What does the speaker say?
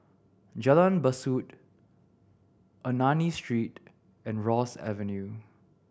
Jalan Besut Ernani Street and Ross Avenue